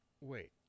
wait